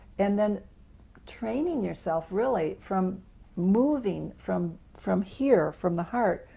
and then training yourself really, from moving from from here, from the heart,